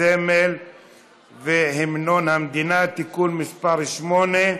הסמל והמנון המדינה (תיקון מס' 8)